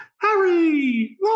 Harry